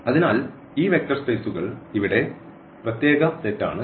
അതിനാൽ ഈ വെക്റ്റർ സ്പെയ്സുകൾ ഇവിടെ പ്രത്യേക സെറ്റ് ആണ്